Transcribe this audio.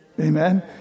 Amen